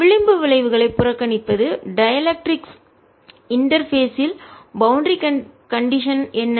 விளிம்பு விளைவுகளை புறக்கணிப்பது டைஎலெக்ட்ரிக் இன்டர்பேஸ் இல் மின்கடத்தா இடைமுகத்தில் பவுண்டரி கண்டிஷன் எல்லை நிலைகள் என்ன